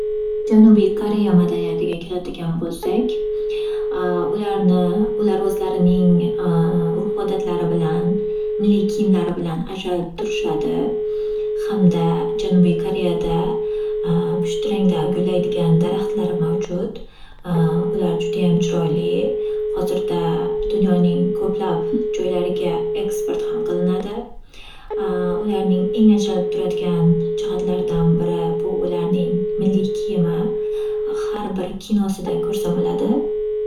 Janubiy koreya madaniyatiga keladigan bo’lsak, ularni ular ozlarining urf- odatlari bilan milliy kiyimlari bilan ajralib turishadi hamda janubiy Koreyada pushti rangda gullaydigan daraxtlar mavjud. Ular judayam chiroyli hozirda dunyoning ko'plab joylariga export ham qilinadi. ularning eng ajralib turidigan jihatlaridan biri bu ularning milliy kiyimi har bir kinosida ko'rsa bo'ladi.